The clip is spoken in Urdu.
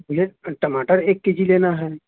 بھئیا ٹماٹر ایک کے جی لینا ہے